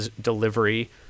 delivery